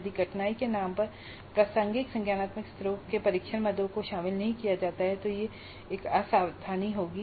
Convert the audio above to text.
यदि कठिनाई के नाम पर प्रासंगिक संज्ञानात्मक स्तरों के परीक्षण मदों को शामिल नहीं किया जाता है तो यह एक असावधानी होगी